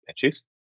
patches